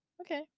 okay